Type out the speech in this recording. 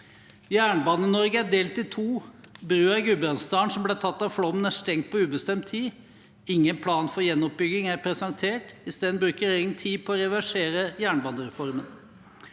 Jernbane-Norge er delt i to. Broen i Gudbrandsdalen som ble tatt av flommen, er stengt på ubestemt tid. Ingen plan for gjenoppbygging er presentert – isteden bruker regjeringen tid på å reversere jernbanereformen.